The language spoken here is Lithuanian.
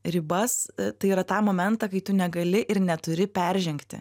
ribas tai yra tą momentą kai tu negali ir neturi peržengti